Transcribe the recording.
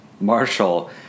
Marshall